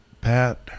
Pat